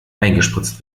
eingespritzt